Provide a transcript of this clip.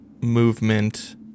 movement